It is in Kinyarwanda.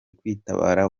kwitabara